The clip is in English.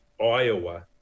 Iowa